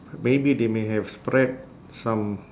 maybe they may have spread some